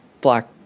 black